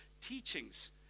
teachings